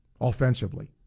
offensively